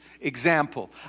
Example